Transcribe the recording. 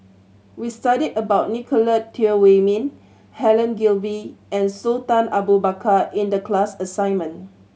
we studied about Nicolette Teo Wei Min Helen Gilbey and Sultan Abu Bakar in the class assignment